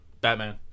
Batman